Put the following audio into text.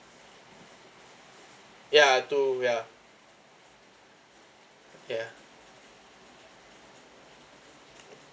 ya true ya ya